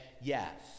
yes